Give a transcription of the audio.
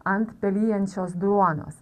ant pelijančios duonos